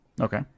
Okay